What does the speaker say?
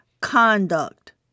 conduct